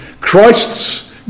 Christ's